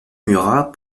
murat